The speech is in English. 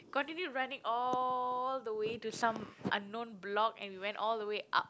continue running all the way to some unknown block and we went all the way up